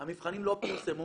המבחנים לא פורסמו